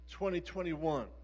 2021